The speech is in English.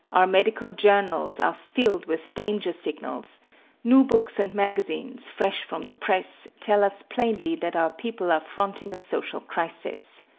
our medical journals are filled with danger signals new books and magazines, fresh from the press, tell us plainly that our people are fronting a social crisis.